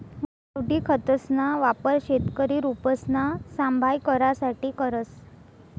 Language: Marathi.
गावठी खतसना वापर शेतकरी रोपसना सांभाय करासाठे करस